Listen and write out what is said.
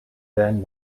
then